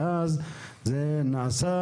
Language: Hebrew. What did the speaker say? ואז זה נעשה